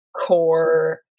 core